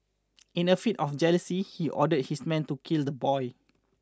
in a fit of jealousy he ordered his men to kill the boy